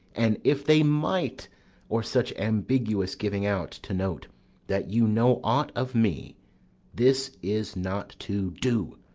an if they might' or such ambiguous giving out, to note that you know aught of me this is not to do,